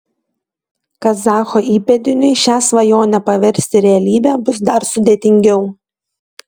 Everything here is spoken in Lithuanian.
kazacho įpėdiniui šią svajonę paversti realybe bus dar sudėtingiau